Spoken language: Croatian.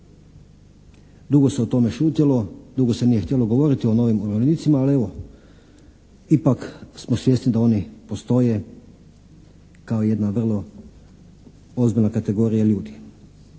Dugo se o tome šutjelo, drugo se nije htjelo govoriti o novim umirovljenicima, ali evo, ipak smo svjesni da oni postoje kao jedna vrlo ozbiljna kategorija ljudi.